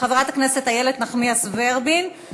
חברת הכנסת איילת נחמיאס ורבין,